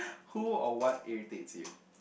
who or what irritates you